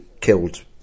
killed